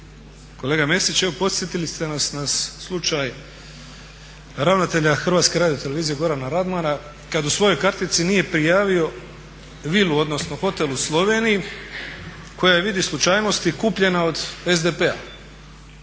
Kolega Mesić evo podsjetili ste nas na slučaj ravnatelja HRT-a Gorana Radmana kada u svojoj kartici nije prijavio vilu odnosno hotel u Sloveniji koja je vidi slučajnosti kupljena od SDP-a,